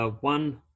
one